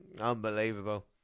unbelievable